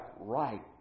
right